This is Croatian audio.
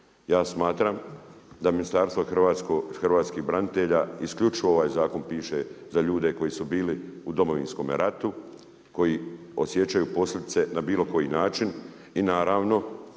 Ja smatram da ministarstvo hrvatskih branitelja, isključivo ovaj zakon piše za ljude koji su bili u Domovinskome ratu, koji osjećaju posljedice na bilo koji način i naravno